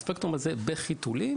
והספקטרום הזה נמצא בחיתוליו,